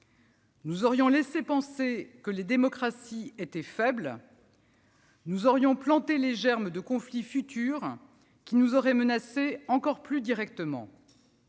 Nous aurions laissé penser que les démocraties étaient faibles. Nous aurions planté les germes de conflits futurs qui nous auraient menacés encore plus directement.